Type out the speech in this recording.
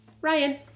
Ryan